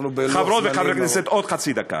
אנחנו בלוח זמנים מאוד, עוד חצי דקה.